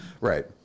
Right